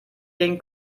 den